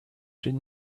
should